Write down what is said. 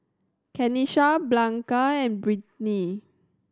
Kenisha Blanca and Brittnay